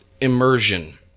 immersion